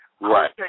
Right